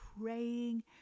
praying